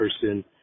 person